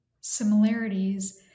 similarities